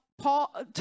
Paul